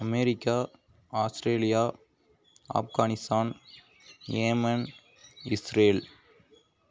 America Australia Afghanistan Yemen Israel